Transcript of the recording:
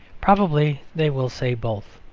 probably they will say both.